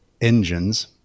engines